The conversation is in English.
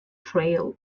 trail